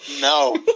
No